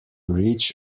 reach